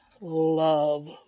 love